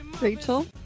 Rachel